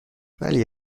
ولی